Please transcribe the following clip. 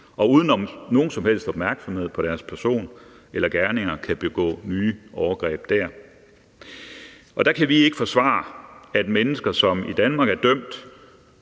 og uden nogen som helst opmærksomhed på deres person eller gerninger kan begå nye overgreb der. Og der kan vi ikke forsvare, at mennesker, som i Danmark er idømt